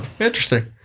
Interesting